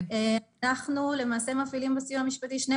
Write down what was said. אנחנו למעשה מפעילים בסיוע המשפטי שני